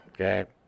okay